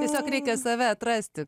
tiesiog reikia save atrasti